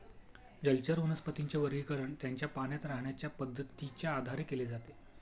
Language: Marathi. जलचर वनस्पतींचे वर्गीकरण त्यांच्या पाण्यात राहण्याच्या पद्धतीच्या आधारे केले जाते